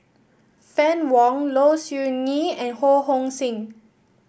Fann Wong Low Siew Nghee and Ho Hong Sing